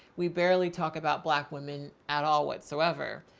we barely talk about black women at all whatsoever.